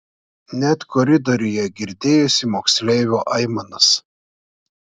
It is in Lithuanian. net koridoriuje girdėjosi moksleivio aimanos